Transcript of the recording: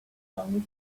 sonic